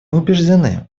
убеждены